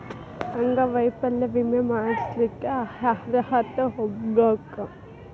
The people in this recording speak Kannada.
ಅಂಗವೈಫಲ್ಯ ವಿಮೆ ಮಾಡ್ಸ್ಲಿಕ್ಕೆ ಯಾರ್ಹತ್ರ ಹೊಗ್ಬ್ಖು?